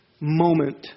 moment